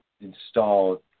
installed